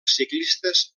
ciclistes